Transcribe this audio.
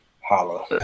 holla